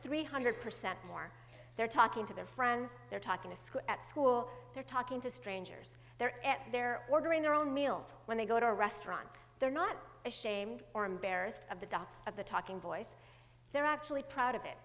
three hundred percent more they're talking to their friends they're talking to school at school they're talking to strangers they're at their ordering their own meals when they go to a restaurant they're not ashamed or embarrassed of the dot of the talking voice they're actually proud of it